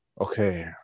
Okay